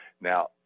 now